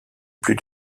plus